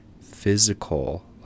physical